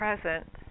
present